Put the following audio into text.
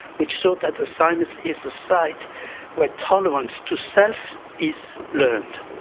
which showed that the thymus is the site where tolerance to self is learned.